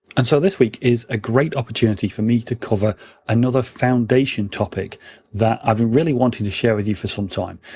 and so this week is a great opportunity for me to cover another foundation topic that i've really been wanting to share with you for some time.